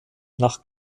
nach